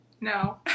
No